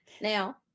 now